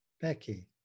Becky